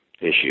issue